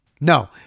No